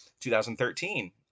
2013